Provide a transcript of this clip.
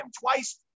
twice